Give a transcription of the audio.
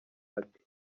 ati